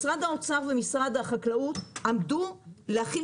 משרד האוצר ומשרד החקלאות עמדו להחיל